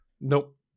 nope